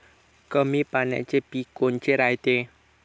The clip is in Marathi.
कमी पाण्याचे पीक कोनचे रायते?